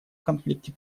конфликте